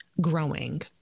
growing